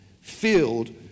filled